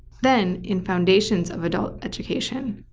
then in foundations of adult education,